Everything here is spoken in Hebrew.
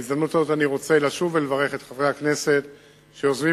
בהזדמנות הזאת אני רוצה לשוב ולברך את חברי הכנסת שיוזמים